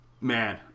man